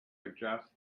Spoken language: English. suggest